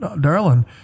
darling